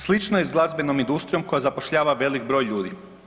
Slično je s glazbenom industrijom koja zapošljava velik broj ljudi.